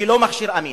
היא לא מכשיר אמין